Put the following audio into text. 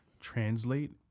translate